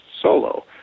solo